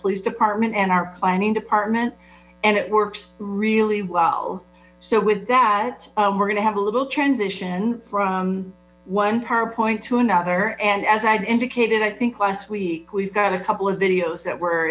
police department and our planning department and it works really well so with that we're gonna have a little transition from one powerpoint to another and as i've indicated i think last week we've got a couple of videos that we're